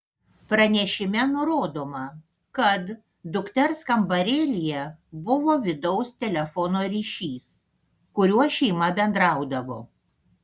pranešime nurodoma kad dukters kambarėlyje buvo vidaus telefono ryšys kuriuo šeima bendraudavo